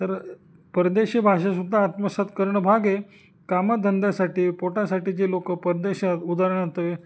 तर परदेशी भाषासुद्धा आत्मसात करणं भाग आहे कामं धंद्यासाठी पोटासाठी जे लोक परदेशात उदाहरणार्थ